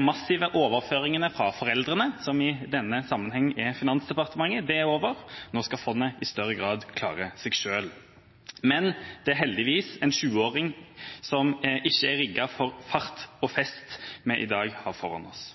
massive overføringer fra foreldrene, som i denne sammenhengen er Finansdepartementet, er over; nå skal fondet i større grad klare seg selv. Men det er heldigvis en 20-åring som ikke er rigget for fart og fest, vi i dag har foran oss.